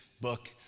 book